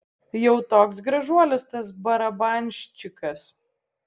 jau toks gražuolis tas barabanščikas